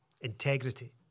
Integrity